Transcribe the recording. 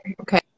Okay